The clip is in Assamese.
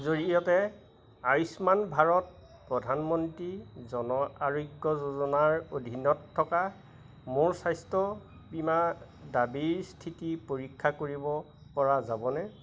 জৰিয়তে আয়ুষ্মান ভাৰত প্ৰধানমন্ত্ৰী জন আৰোগ্য যোজনাৰ অধীনত থকা মোৰ স্বাস্থ্য বীমা দাবীৰ স্থিতি পৰীক্ষা কৰিবপৰা যাবনে